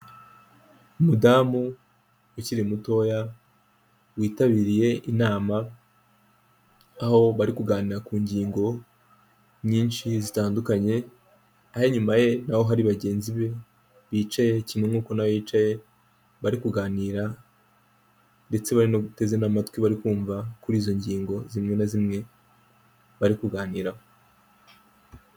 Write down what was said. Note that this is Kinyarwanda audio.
Umudamu ukiri mutoya witabiriye inama, aho bari kuganira ku ngingo nyinshi zitandukanye, aho inyuma ye na ho hari bagenzi be bicaye kimwe nkuko na we yicaye, bari kuganira ndetse bari no guteze n'amatwi bari kumva kuri izo ngingo zimwe na zimwe, bari kuganiraho.